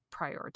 prioritize